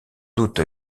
doute